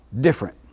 different